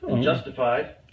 Justified